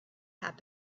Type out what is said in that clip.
had